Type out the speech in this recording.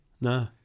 No